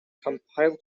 compile